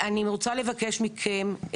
אני רוצה לנצל את